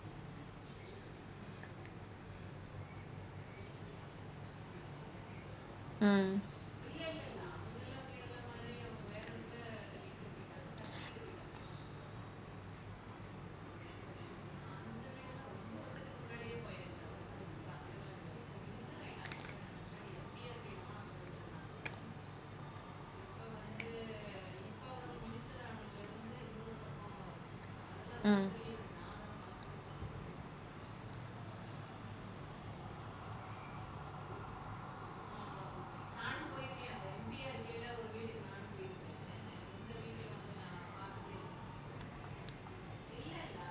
mm mm